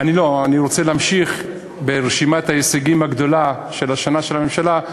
אני רוצה להמשיך ברשימת ההישגים הגדולה של השנה של הממשלה.